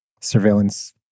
surveillance